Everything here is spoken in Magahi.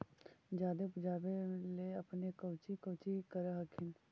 जादे उपजाबे ले अपने कौची कौची कर हखिन?